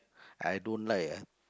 I don't like ah